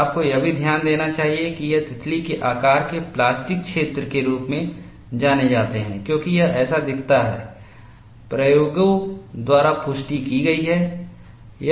और आपको यह भी ध्यान देना चाहिए कि ये तितली के आकार के प्लास्टिक क्षेत्र के रूप में जाने जाते हैं क्योंकि यह ऐसा दिखता है प्रयोगों द्वारा पुष्टि की गई है